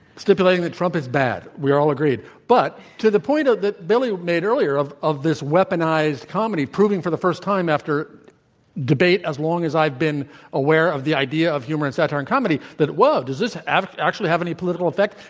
stipulating that trump is bad, we all agreed. but to the point of that billy made earlier, of of this weaponized comedy, proving for the first time after debate as long as i've been aware of the idea of humor and satire in comedy, that, well, does this actually have any political effect?